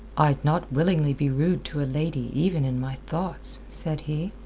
i'd not willingly be rude to a lady even in my thoughts, said he.